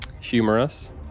Humorous